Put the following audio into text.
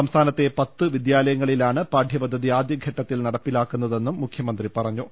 സംസ്ഥാനത്തെ പത്ത് വിദ്യാലയങ്ങളിലാണ് പാഠ്യപദ്ധതി ആദ്യഘട്ടത്തിൽ നടപ്പിലാക്കുന്നതെന്നും മുഖ്യമന്ത്രി പറഞ്ഞു